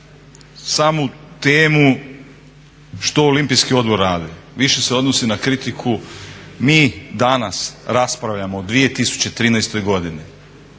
samu temu što Olimpijski odbor radi, više se odnosi na kritiku, mi danas raspravljamo o 2013. godini,